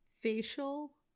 facial